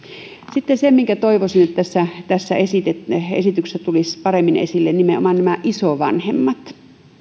sitten se mitä toivoisin että tässä esityksessä tulisi paremmin esille on nimenomaan isovanhemmat